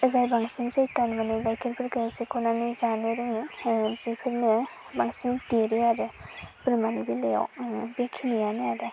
जाय बांसिन सैथान मानि गाइखेरफोरखौ सेखनानै जानो रोङो बेफोरनो बांसिन देरो आरो बोरमानि बेलायाव बेखिनियानो आरो